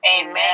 Amen